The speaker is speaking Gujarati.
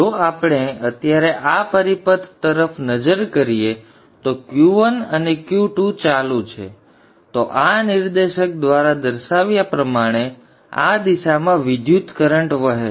જો આપણે અત્યારે આ પરિપથ તરફ નજર કરીએ તો Q1 અને Q2 ચાલુ છે તો આ નિર્દેશક દ્વારા દર્શાવ્યા પ્રમાણે આ દિશામાં વિદ્યુતકરન્ટ વહે છે